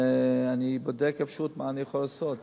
אני בודק את האפשרות מה אני יכול לעשות,